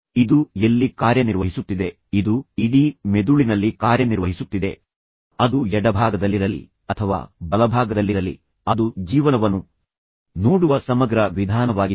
ಇದು ಎಲ್ಲಿ ಕಾರ್ಯನಿರ್ವಹಿಸುತ್ತಿದೆ ಇದು ಇಡೀ ಮೆದುಳಿನಲ್ಲಿ ಕಾರ್ಯನಿರ್ವಹಿಸುತ್ತಿದೆ ಅದು ಎಡಭಾಗದಲ್ಲಿರಲಿ ಅಥವಾ ಬಲಭಾಗದಲ್ಲಿರಲಿ ಅದು ಜೀವನವನ್ನು ನೋಡುವ ಸಮಗ್ರ ವಿಧಾನವಾಗಿದೆ